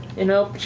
you know,